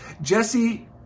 Jesse